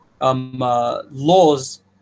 laws